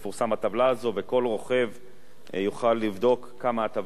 הזאת וכל רוכב יוכל לבדוק כמה הטבה הוא קיבל.